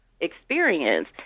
experience